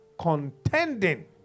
contending